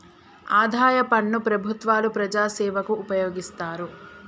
ఆదాయ పన్ను ప్రభుత్వాలు ప్రజాసేవకు ఉపయోగిస్తారు